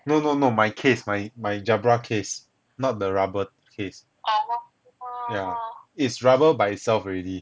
no no no my case my my jabra case not the rubber case yeah is rubber by itself already